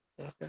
okay